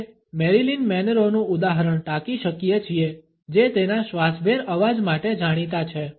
આપણે મેરિલીન મેનરોનું ઉદાહરણ ટાંકી શકીએ છીએ જે તેના શ્વાસભેર અવાજ માટે જાણીતા છે